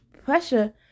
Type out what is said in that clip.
Pressure